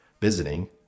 visiting